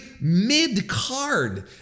mid-card